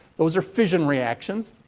those are fission reactions.